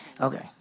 Okay